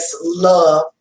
love